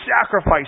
sacrifice